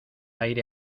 aire